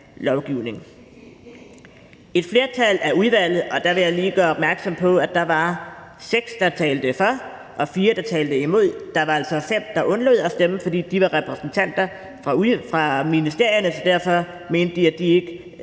lovgivning. I forhold til flertallet i udvalget vil jeg lige gøre opmærksom på, at der i udvalget var 6, der talte for, og 4, der talte imod; der var altså fem, der undlod at stemme, fordi de var repræsentanter for ministerierne og derfor ikke mente, at de ville